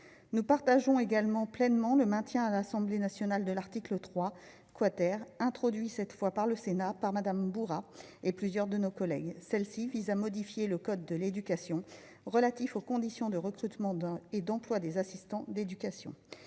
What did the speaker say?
Nous partageons également pleinement le maintien à l'Assemblée nationale de l'article 3 , introduit cette fois au Sénat par Mme Toine Bourrat et plusieurs de nos collègues. Celui-ci vise à modifier l'article du code de l'éducation relatif aux conditions de recrutement et d'emploi des assistants d'éducation.